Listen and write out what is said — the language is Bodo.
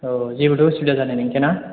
औ जेबोथ' असुबिदा जानाय नंखाया ना